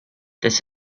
this